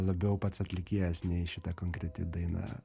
labiau pats atlikėjas nei šita konkreti daina